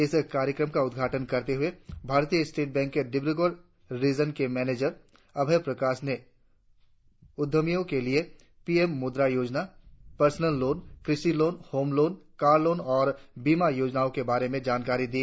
इस कार्यक्रम का उद्घाटन करते हुए भारतीय स्टॆट बैंक के डिब्रगढ़ रीजन के मैनेजर अभय प्रकाश ने उद्यमियों के लिए PM Mudra Yojana personal loan कृषि loan home loan car loan और बीमा योजनाओं के बारे में जानकारी दी